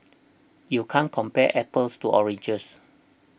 you can't compare apples to oranges